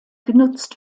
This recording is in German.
genutzt